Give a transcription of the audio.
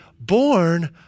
born